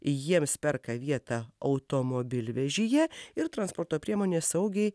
jiems perka vietą automobilvežyje ir transporto priemonė saugiai